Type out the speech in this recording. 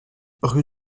rue